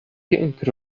king